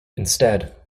instead